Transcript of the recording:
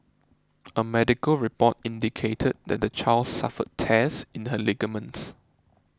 a medical report indicated that the child suffered tears in her ligaments